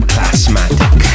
Classmatic